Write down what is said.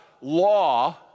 law